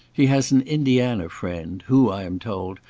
he has an indiana friend, who, i am told,